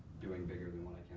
doing bigger than what i